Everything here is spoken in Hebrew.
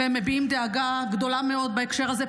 והם מביעים דאגה גדולה מאוד בהקשר הזה.